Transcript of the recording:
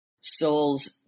soul's